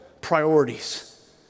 priorities